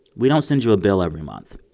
we don't send you a bill every month.